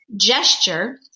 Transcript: gesture